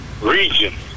region